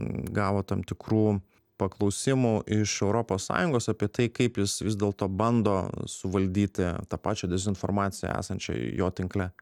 gavo tam tikrų paklausimų iš europos sąjungos apie tai kaip jis vis dėlto bando suvaldyti tą pačią dezinformaciją esančią jo tinkle